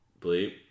bleep